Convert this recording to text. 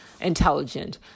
intelligent